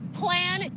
plan